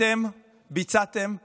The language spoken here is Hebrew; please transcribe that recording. אתם ביצעתם תרמית.